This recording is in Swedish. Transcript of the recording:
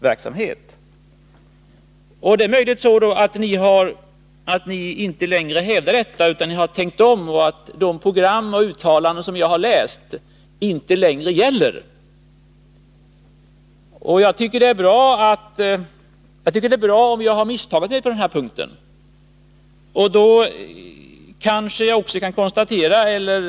Men med Sven Anderssons beröm till Statsföretag som underlag kanske man vågar hoppas att folkpartisterna inte längre har den inställningen utan har tänkt om och att de program och uttalanden som jag har läst inte längre gäller. Det vore bra om jag har rätt på denna punkt, vilket jag lär få besked om i herr Anderssons replik.